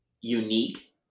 unique